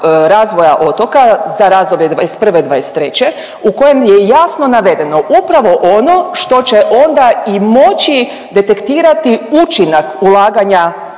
razvoja otoka za razdoblje '21.-'23. u kojem je jasno navedeno upravo ono što će onda i moći detektirati učinak ulaganja